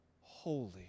holy